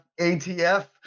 ATF